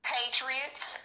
Patriots